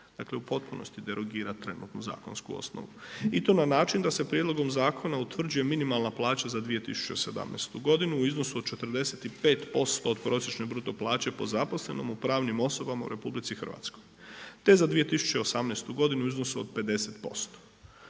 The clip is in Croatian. Dakle u potpunosti derogira trenutnu zakonsku osnovu. I to na način da se prijedlogom zakona utvrđuje minimalna plaća za 2017. godinu u iznosu od 45% od prosječne bruto plaće po zaposlenom u pravnim osobama u RH te za 2018. godinu u iznosu od 50%.